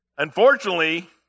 Unfortunately